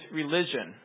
religion